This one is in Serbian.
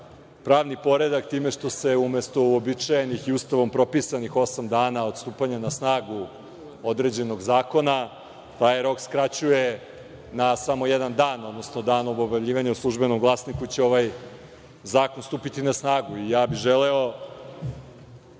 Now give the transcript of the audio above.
pravni poredak time što se, umesto uobičajenih i Ustavom propisanih osam dana od stupanja na snagu određenog zakona, taj rok skraćuje na samo jedan dan, odnosno dan od objavljivanja u „Službenog glasnika“ će ovaj zakon stupiti na snagu. Želeo